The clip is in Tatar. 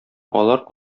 алар